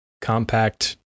compact